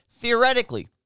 theoretically